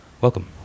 welcome